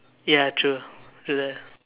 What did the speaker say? ya true true that